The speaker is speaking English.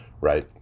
right